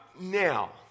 now